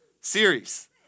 series